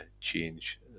change